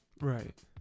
Right